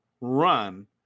run